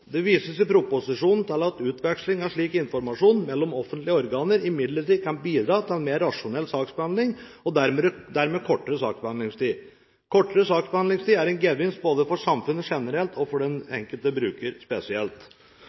Det vises i proposisjonen til at utveksling av slik informasjon mellom offentlige organer imidlertid kan bidra til mer rasjonell saksbehandling og dermed kortere saksbehandlingstid. Kortere saksbehandlingstid er en gevinst, både for samfunnet generelt og for den enkelte bruker spesielt.